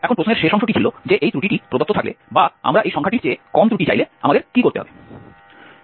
এখন প্রশ্নের শেষ অংশটি ছিল যে এই ত্রুটিটি প্রদত্ত থাকলে বা আমরা এই সংখ্যাটির চেয়ে কম ত্রুটি চাইলে আমাদের কী করতে হবে